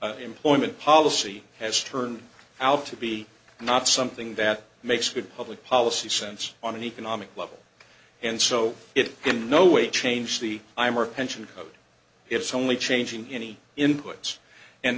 employment policy has turned out to be not something that makes good public policy sense on an economic level and so it in no way changed the i'm or pension code it's only changing any inputs and